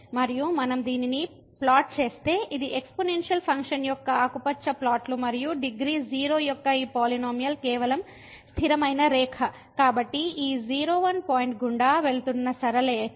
మరియు మనం దీనిని ప్లాట్ చేస్తే ఇది ఎక్స్పోనెన్షియల్ ఫంక్షన్ యొక్క ఆకుపచ్చ ప్లాట్లు మరియు డిగ్రీ 0 యొక్క ఈ పాలినోమియల్ కేవలం స్థిరమైన రేఖ కాబట్టి ఈ 0 1 పాయింట్ గుండా వెళుతున్న సరళ రేఖ